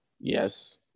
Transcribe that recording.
Yes